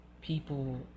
people